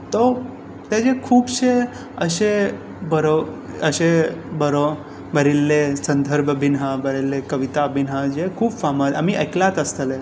ताचे खुबशें अशें बरोवप अशें बरयिल्ले संदर्भ बीन हा बरयिल्ले कविता बीन आहा जे खूब फामाद आमी आयकलाच आसतले